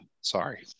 sorry